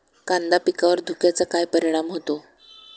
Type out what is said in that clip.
कांदा पिकावर धुक्याचा काय परिणाम होतो?